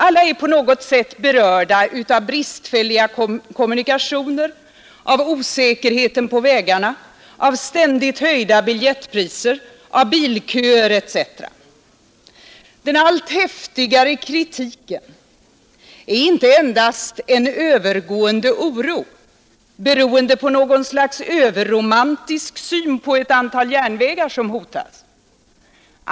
Alla är på något sätt berörda av bristfälliga kommunikationer, av osäkerheten på vägarna, av ständigt höjda biljettpriser, av bilköer etc. Den allt häftigare kritiken är inte endast en övergående oro, som är beroende av något slags överromantisk syn på ett antal järnvägar som hotas.